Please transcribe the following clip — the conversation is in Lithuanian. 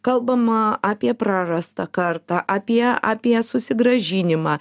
kalbama apie prarastą kartą apie apie susigrąžinimą